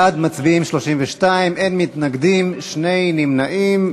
ובכן, בעד, 32, אין מתנגדים, שני נמנעים.